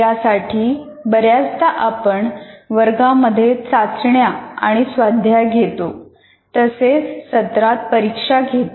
यासाठी बऱ्याचदा आपण वर्गामध्ये चाचण्या आणि स्वाध्याय घेतो तसेच सत्रांत परीक्षा घेतो